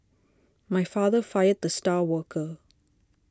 my father fired the star worker